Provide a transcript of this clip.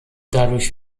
dadurch